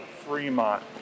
Fremont